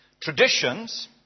Traditions